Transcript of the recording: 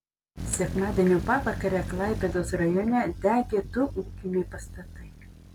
sekmadienio pavakarę klaipėdos rajone degė du ūkiniai pastatai